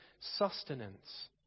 sustenance